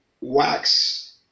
wax